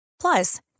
Plus